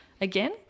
again